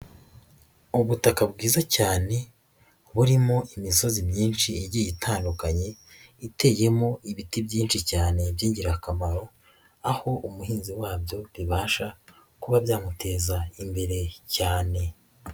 Ubutaka bwiza cyane burimo imisozi myinshi igiye itandukanye iteyemo ibiti byinshi cyane b'ingirakamaro, aho umuhinzi wabyo bibasha kuba byamuteza imbere cyane.